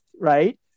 right